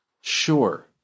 Sure